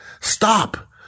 stop